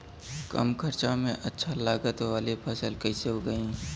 कम खर्चा में अच्छा लागत वाली फसल कैसे उगाई?